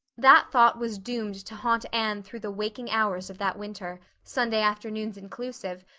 that thought was doomed to haunt anne through the waking hours of that winter, sunday afternoons inclusive,